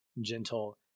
gentle